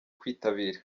kwitabira